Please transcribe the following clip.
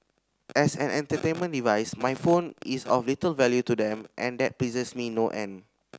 as an entertainment device my phone is of little value to them and that pleases me no end